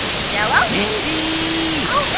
jell-o? mindy. oh, hey,